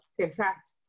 contract